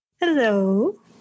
Hello